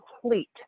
complete